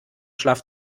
schlaf